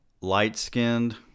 light-skinned